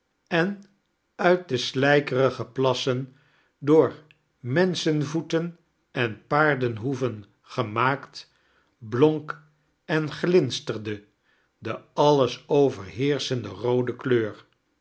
en uit de slijkerige plassen door menschenvoeten enpaardenhoeven gemaakt blonk en glinsterde de alles overheerschende roode kleur